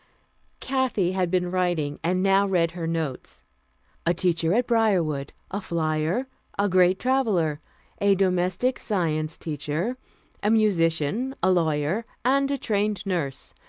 kathy had been writing, and now read her notes a teacher at briarwood a flyer a great traveler a domestic science teacher a musician a lawyer and a trained nurse.